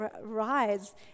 rise